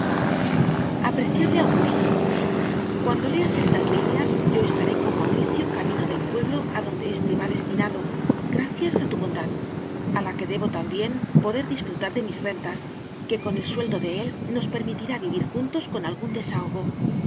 apreciable augusto cuando leas estas líneas yo estaré con mauricio camino del pueblo adonde éste va destinado gracias a tu bondad a la que debo también poder disfrutar de mis rentas que con el sueldo de él nos permitirá vivir juntos con algún desahogo